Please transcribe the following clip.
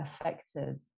affected